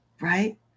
Right